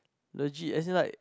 legit as in like